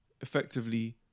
Effectively